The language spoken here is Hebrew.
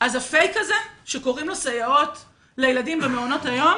אז הפייק הזה שקוראים לו סייעות לילדים במעונות היום